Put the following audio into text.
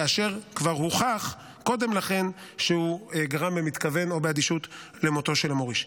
כאשר כבר הוכח קודם לכן שהוא גרם במתכוון או באדישות למותו של המוריש.